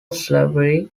slavery